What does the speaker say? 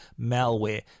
malware